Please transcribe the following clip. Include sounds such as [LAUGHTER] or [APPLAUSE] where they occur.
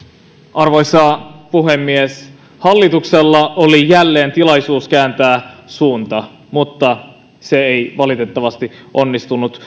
arvoisa puhemies hallituksella oli jälleen tilaisuus kääntää suunta mutta se ei valitettavasti onnistunut [UNINTELLIGIBLE]